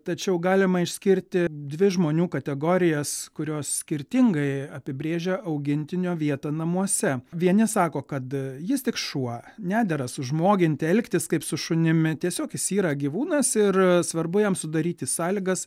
tačiau galima išskirti dvi žmonių kategorijas kurios skirtingai apibrėžia augintinio vietą namuose vieni sako kad jis tik šuo nedera sužmoginti elgtis kaip su šunimi tiesiog jis yra gyvūnas ir svarbu jam sudaryti sąlygas